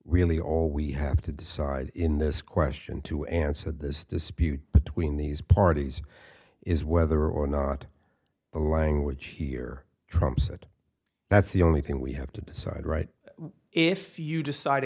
really all we have to decide in this question to answer this dispute between these parties is whether or not the language here trumps it that's the only thing we have to decide right if you decide